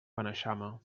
beneixama